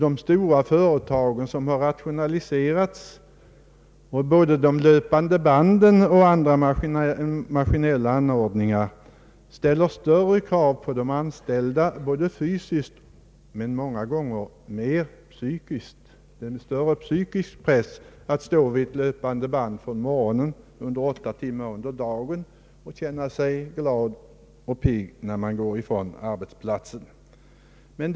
De stora företag som rationaliserats med löpande band och andra maskinella anordningar ställer större krav på de anställda både fysiskt och psykiskt. Det är många gånger en större psykisk press att stå vid ett löpande band under åtta timmar, från morgonen till kvällen, och känna sig glad och pigg när man går från arbetsplatsen.